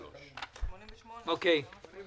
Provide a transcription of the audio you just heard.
ספורט משלב) ומספר 93 (על הגל פוגשים את הים,